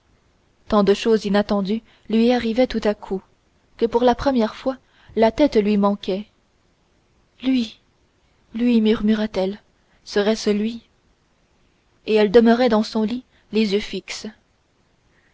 tant de choses inattendues lui arrivaient tout à coup que pour la première fois la tête lui manquait lui lui murmura-t-elle serait-ce lui et elle demeurait dans son lit les yeux fixes